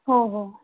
हो हो